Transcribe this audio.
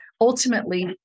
ultimately